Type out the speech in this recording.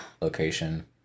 location